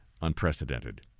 unprecedented